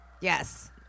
Yes